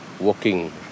working